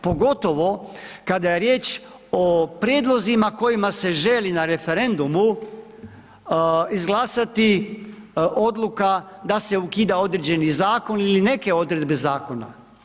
Pogotovo kada je riječ o prijedlozima kojima se želi na referendumu izglasati odluka da se ukida određeni zakon ili neke odredbe zakona.